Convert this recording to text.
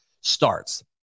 starts